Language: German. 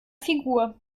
figur